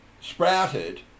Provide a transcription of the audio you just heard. sprouted